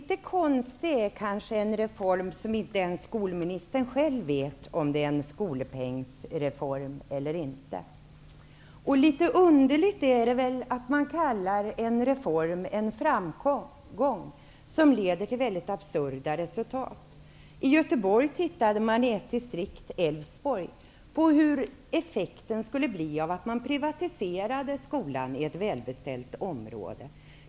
Herr talman! En reform som inte ens skolministern vet om det är en skolpengsreform eller inte, är kanske litet konstig. Det är väl litet underligt att man kallar en reform en framgång när den leder till mycket absurda resultat. I Göteborg tittade de i ett distrikt, Älvsborg, på hur effekten skulle bli av att skolan privatiserades i ett välbeställt område.